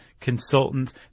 consultants